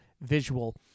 visual